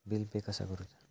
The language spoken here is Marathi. बिल पे कसा करुचा?